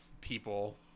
people